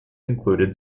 included